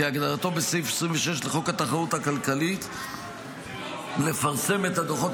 כהגדרתו בסעיף 26 לחוק התחרות הכלכלית לפרסם את הדוחות